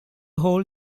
whole